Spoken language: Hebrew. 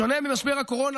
בשונה ממשבר הקורונה,